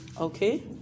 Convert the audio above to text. Okay